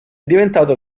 diventato